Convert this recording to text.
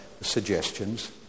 suggestions